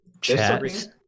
chat